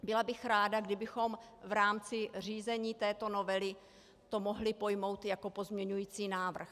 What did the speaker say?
Byla bych ráda, kdybychom v rámci řízení této novely to mohli pojmout jako pozměňovací návrh.